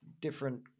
different